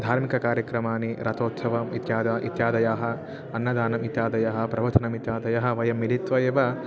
धार्मिककार्यक्रमाः रथोत्सवम् इत्यादयः इत्यादयः अन्नदानम् इत्यादयः प्रवचनमित्यादयः वयं मिलित्वा एव